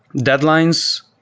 deadlines,